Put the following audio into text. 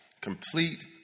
complete